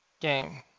game